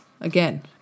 Again